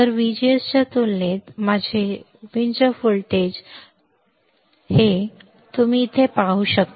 तर व्हीजीएसच्या तुलनेत माझी चिमूटभर लवकर होते हे तुम्ही येथे पाहू शकता